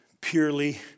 purely